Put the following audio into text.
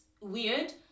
weird